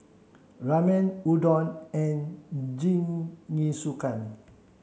Ramen Udon and Jingisukan